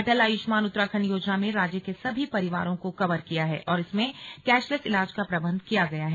अटल आयुष्मान उत्तराखण्ड योजना में राज्य के सभी परिवारो को कवर किया है और इसमें कैशलैस ईलाज का प्रबंध किया गया है